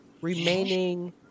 remaining